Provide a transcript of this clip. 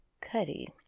Cuddy